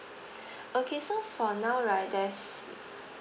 okay so for now right there's